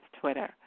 Twitter